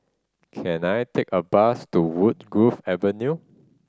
can I take a bus to Woodgrove Avenue